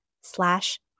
slash